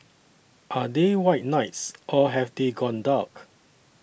are they white knights or have they gone dark